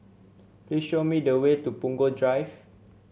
please show me the way to Punggol Drive